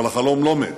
אבל החלום לא מת,